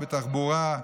בתחבורה.